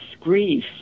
grief